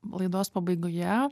laidos pabaigoje